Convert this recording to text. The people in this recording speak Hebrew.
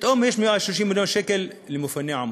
פתאום יש 130 מיליון שקל למפוני עמונה.